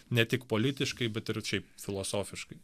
ne tik politiškai bet ir šiaip filosofiškai